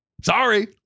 Sorry